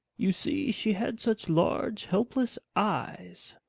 you see she had such large, helpless eyes.